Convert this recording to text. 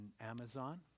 Amazon